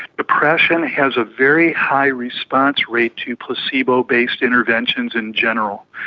depression has a very high response rate to placebo-based interventions in general,